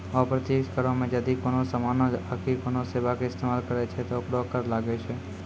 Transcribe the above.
अप्रत्यक्ष करो मे जदि कोनो समानो आकि कोनो सेबा के इस्तेमाल करै छै त ओकरो कर लागै छै